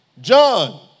John